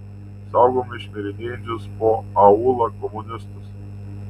saugome šmirinėjančius po aūlą komunistus